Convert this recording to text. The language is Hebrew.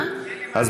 תתחילי מההתחלה.